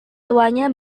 tuanya